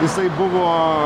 jisai buvo